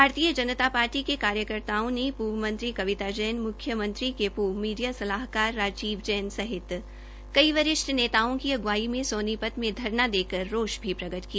भारतीय जनता पार्टी के कार्यकर्ताओं ने पूर्व मंत्री कविता जैन मुख्यमंत्री के पूर्व मीडिया सलाहकार राजीव जैन सहित कई वरिष्ठ नेताओं की अगुवाई में सोनीपत में धरना देकर रोष भी प्र प्रकट किया